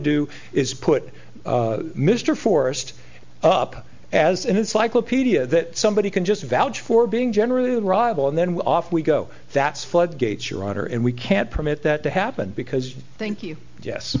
do is put mr forest up as an encyclopedia that somebody can just vouch for being generally a rival and then we're off we go that's floodgates your honor and we can't permit that to happen because thank you yes